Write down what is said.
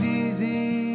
easy